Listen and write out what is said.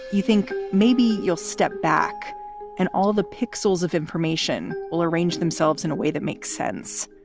you think maybe you'll step back and all the pixels of information will arrange themselves in a way that makes sense.